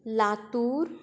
Latur